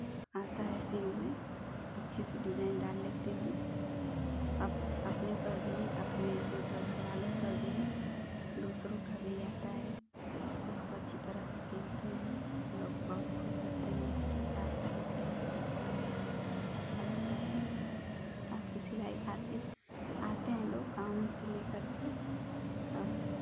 आता है सिलने अच्छी सी डिजाईन डाल लेती हूँ अप अपने पर भी अपने मतलब घर वालों पर भी दूसरों का भी आता है उसको अच्छी तरह से सीखते हैं लोग बहुत खुश रहते हैं कि आप अच्छी सिलाई करती हैं अच्छा लगता है आपकी सिलाई आते आते हैं लोग गाँव में से लेकर के और